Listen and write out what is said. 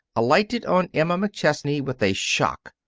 alighted on emma mcchesney with a shock,